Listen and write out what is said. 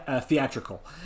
theatrical